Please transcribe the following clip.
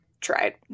tried